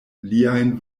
liajn